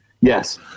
Yes